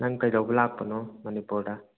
ꯅꯪ ꯀꯩꯗꯧꯕ ꯂꯥꯛꯄꯅꯣ ꯃꯅꯤꯄꯨꯔꯗ